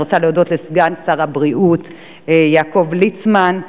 אני רוצה להודות לסגן שר הבריאות יעקב ליצמן,